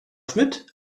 schmidt